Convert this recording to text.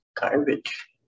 garbage